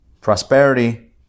Prosperity